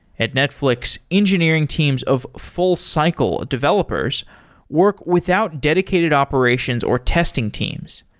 at netflix, engineering teams of full cycle developers work without dedicated operations or testing teams.